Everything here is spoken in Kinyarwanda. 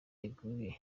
iguye